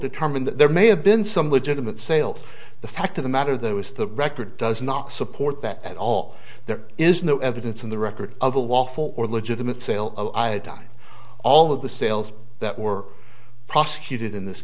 determined that there may have been some legitimate sales the fact of the matter that was the record does not support that at all there is no evidence in the record of a lawful or legitimate sale of iodine all of the sales that were prosecuted in this